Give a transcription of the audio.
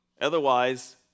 Otherwise